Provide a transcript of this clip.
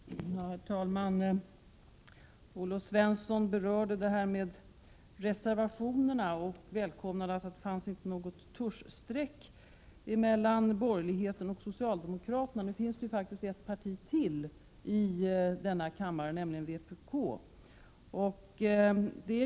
Herr talman! Olle Svensson berörde reservationerna och välkomnade att det inte finns något tuschstreck mellan borgerligheten och socialdemokraterna. Men nu finns det faktiskt ytterligare ett parti i kammaren, nämligen vpk.